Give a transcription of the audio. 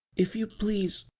if you please,